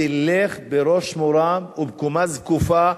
תלך בראש מורם ובקומה זקופה,